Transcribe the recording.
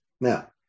Now